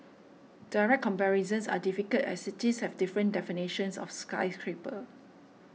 direct comparisons are difficult as cities have different definitions of skyscraper